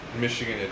Michigan